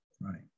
Right